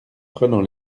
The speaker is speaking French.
prenant